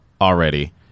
already